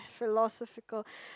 philosophical